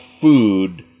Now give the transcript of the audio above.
food